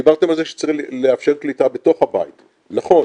דיברתם על זה שצריך לאפשר קליטה בתוך הבית נכון,